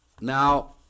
Now